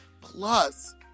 Plus